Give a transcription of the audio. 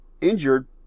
injured